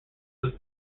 was